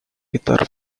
guitar